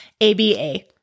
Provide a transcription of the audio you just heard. A-B-A